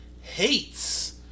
hates